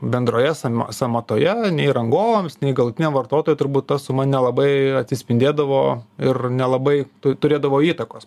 bendroje sąm sąmatoje nei rangovams nei galutiniam vartotojui turbūt ta suma nelabai atsispindėdavo ir nelabai turėdavo įtakos